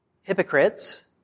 hypocrites